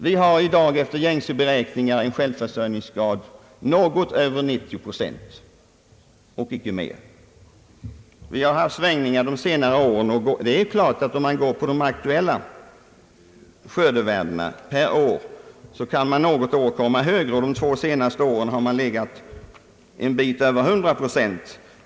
Vi har i dag efter gängse beräkningar en självförsörjningsgrad på något över 90 procent, inte mer. Vi har haft svängningar under de senare åren. Om man ser på de aktuella skördevärdena per år, finner man att vi något år kommit högre. Under de två senaste åren har självförsörjningsgraden varit en bit över 100 procent.